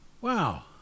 wow